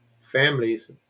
families